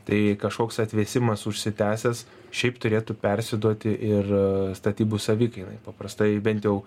tai kažkoks atvėsimas užsitęsęs šiaip turėtų persiduoti ir statybų savikainai paprastai bent jau